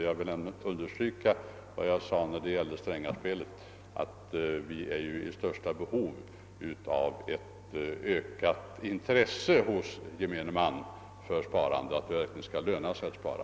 Jag vill understryka vad jag sade i diskussionen om »Strängaspelet», nämligen att vi är i största bebov av ett ökat intresse hos gemene man för sparande, och härför krävs att det verkligen skall löna sig att spara.